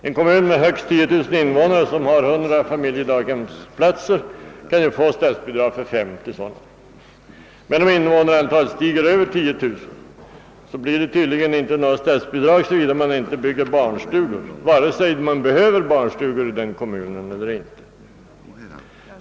En kommun med högst 10 000 invånare som har familjedaghemsplatser kan ju få statsbidrag för 50 sådana. Men om invånarantalet stiger över 10 000, blir det tydligen inte något statsbidrag, såvida man inte bygger barnstugor, vare sig man behöver barnstugor i den kommunen eller inte.